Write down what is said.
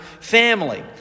family